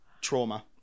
trauma